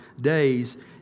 days